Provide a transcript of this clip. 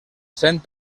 cent